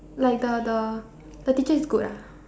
like the the the teacher is good ah